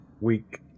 week